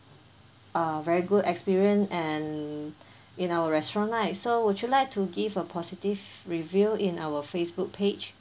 a very good experience and in our restaurant right so would you like to give a positive review in our Facebook page